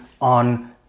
on